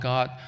God